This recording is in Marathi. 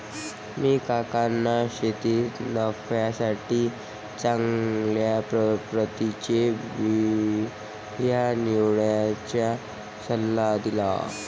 मी काकांना शेतीत नफ्यासाठी चांगल्या प्रतीचे बिया निवडण्याचा सल्ला दिला